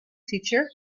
teacher